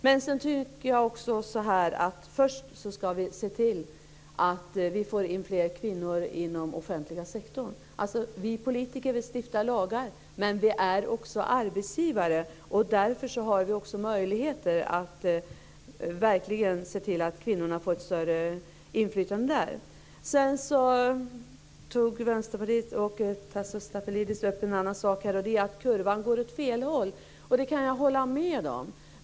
Först tycker jag dock att vi ska se till att få in fler kvinnor inom den offentliga sektorn. Vi politiker stiftar lagar, men vi är också arbetsgivare. Därför har vi också möjligheter att se till att kvinnorna får ett större inflytande även där. Sedan tog Vänsterpartiet och Tasso Stafilidis upp att kurvan går åt fel håll, och det kan jag hålla med om.